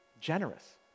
generous